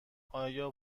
آیا